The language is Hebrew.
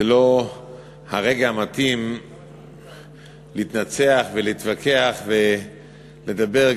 זה לא הרגע המתאים להתנצח ולהתווכח ולדבר,